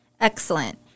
Excellent